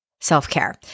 self-care